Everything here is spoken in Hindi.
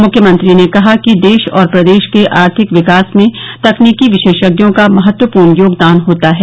मुख्यमंत्री ने कहा कि देश और प्रदेश के आर्थिक विकास में तकनीकी विशेषज्ञों का महत्वपूर्ण योगदान होता है